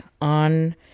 on